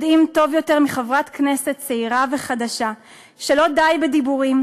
יודעים טוב יותר מחברת כנסת צעירה וחדשה שלא די בדיבורים,